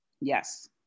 Yes